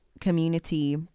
community